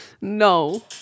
no